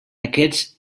aquest